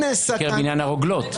בעניין הרוגלות.